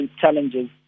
challenges